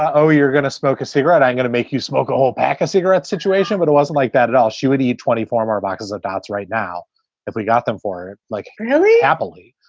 oh, you're going to smoke a cigarette. i'm going to make you smoke a whole pack of cigarettes situation. but it wasn't like that at all. she would eat twenty former boxes of dots right now if we got them for, like, really happily.